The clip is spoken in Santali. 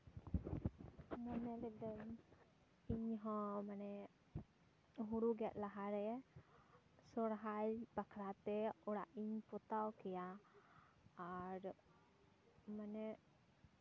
ᱢᱚᱱᱮ ᱞᱤᱫᱟᱹᱧ ᱤᱧ ᱦᱚᱸ ᱢᱟᱱᱮ ᱦᱩᱲᱩ ᱜᱮᱫ ᱞᱟᱦᱟ ᱨᱮ ᱥᱚᱦᱨᱟᱭ ᱵᱟᱠᱷᱨᱟ ᱛᱮ ᱚᱲᱟᱜ ᱤᱧ ᱯᱚᱛᱟᱣ ᱠᱮᱭᱟ ᱟᱨ ᱢᱟᱱᱮ